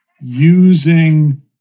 using